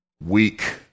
weak